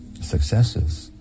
successes